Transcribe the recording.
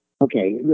Okay